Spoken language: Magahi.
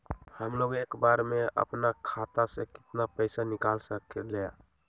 हमलोग एक बार में अपना खाता से केतना पैसा निकाल सकेला?